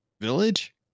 village